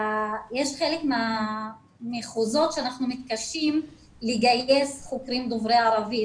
יש חלק מהמחוזות שאנחנו מתקשים לגייס חוקרים דוברי ערבית.